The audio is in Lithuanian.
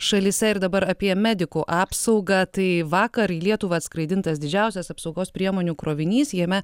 šalyse ir dabar apie medikų apsaugą tai vakar į lietuvą atskraidintas didžiausias apsaugos priemonių krovinys jame